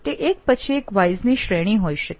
તે એક પછી એક વ્હાયસ ની શ્રેણી હોઈ શકે